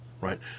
right